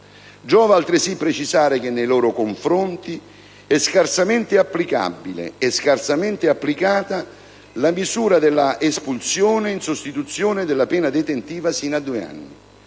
Giova altresì precisare che nei loro confronti è scarsamente applicabile e scarsamente applicata la misura dell'espulsione in sostituzione della pena detentiva sino a due anni;